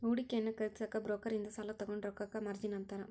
ಹೂಡಿಕೆಯನ್ನ ಖರೇದಿಸಕ ಬ್ರೋಕರ್ ಇಂದ ಸಾಲಾ ತೊಗೊಂಡ್ ರೊಕ್ಕಕ್ಕ ಮಾರ್ಜಿನ್ ಅಂತಾರ